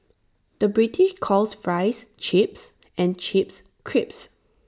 the British calls Fries Chips and Chips Crisps